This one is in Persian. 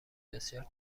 بسیار